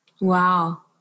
Wow